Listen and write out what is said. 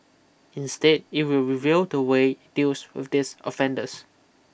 instead it will review the way it deals with these offenders